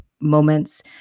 moments